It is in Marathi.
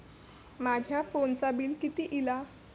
माझ्या फोनचा बिल किती इला?